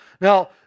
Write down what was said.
Now